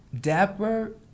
dapper